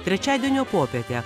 trečiadienio popietę